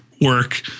work